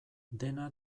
dena